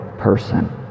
person